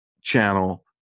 channel